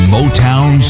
Motown